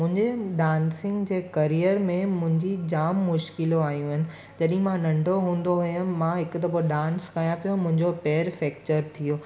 मुंहिंजे डांसिंग जे करियर में मुंहिंजी जामु मुश्किलूं आयूं आहिनि तॾहिं मां नंढो हूंदो हुयमि मां हिकु दफ़ो डांस कयां पियो मुंहिंजो पेरु फेक्चर थियो